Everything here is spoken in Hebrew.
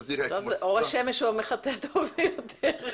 אור השמש הוא המחטא הטוב ביותר.